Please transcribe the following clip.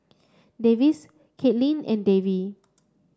Davis Kaitlin and Davy